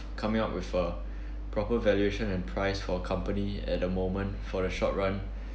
coming up with a proper valuation and price for a company at the moment for a short run